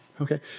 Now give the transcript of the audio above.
okay